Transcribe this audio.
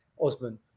Osman